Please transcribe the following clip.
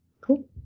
Cool